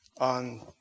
on